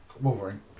Wolverine